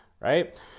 right